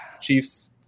Chiefs